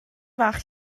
fach